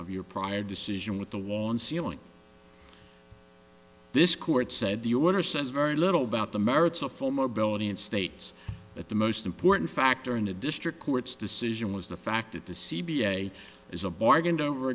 of your prior decision with the wall and ceiling this court said the order says very little about the merits of full mobility and states at the most important factor in the district court's decision was the fact that the c b a is a bargained over